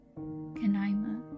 Kanaima